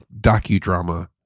docudrama